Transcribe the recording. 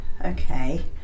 okay